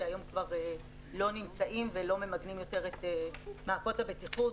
שהיום כבר לא נמצאים ולא ממגנים יותר את מעקות הבטיחות.